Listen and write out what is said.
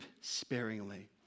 sparingly